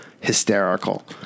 Hysterical